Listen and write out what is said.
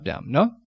no